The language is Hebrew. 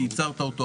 כי ייצרת אותו,